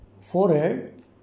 forehead